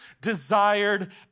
desired